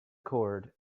cord